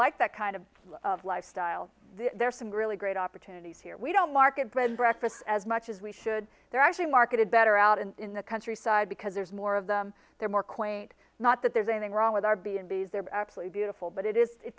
like that kind of lifestyle there are some really great opportunities here we don't market by breakfast as much as we should they're actually marketed better out and in the countryside because there's more of them they're more quaint not that there's anything wrong with our b and b s they're absolutely beautiful but it is it